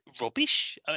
rubbish